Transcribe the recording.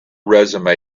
resume